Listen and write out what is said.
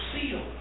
sealed